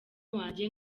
wanjye